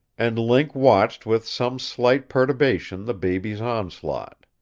and link watched with some slight perturbation the baby's onslaught.